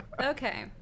Okay